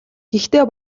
гэхдээ